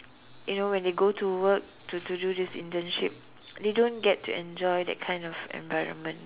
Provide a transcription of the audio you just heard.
you know when they go to work to to do this internship they don't get to enjoy that kind of environment